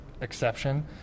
exception